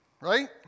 right